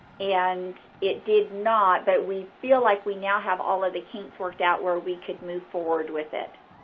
and it did not, but we feel like we now have all of the kinks worked out where we could move forward with it.